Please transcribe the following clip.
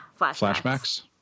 Flashbacks